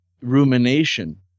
rumination